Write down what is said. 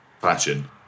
fashion